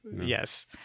Yes